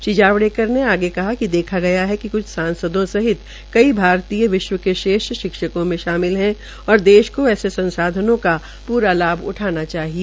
श्री जावड़ेकर ने आगे कहा कि देखा गया है कि कुछ सांसदों सहित कई भारतीय विश्व के श्रेष्ठ शिक्षकों में शामिल है और देश को ऐसे संसाध्नों का पूरा उठाना चाहिए